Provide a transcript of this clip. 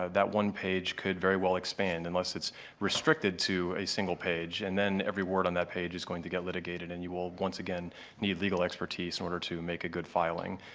ah that one page could very well expand, unless it's restricted to a single page. and then, every word on that page is going to get litigated and you will once again need legal expertise in order to make a good filing,